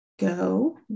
Go